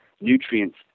nutrients